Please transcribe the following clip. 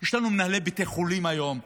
יש לנו מנהלי בתי חולים היום,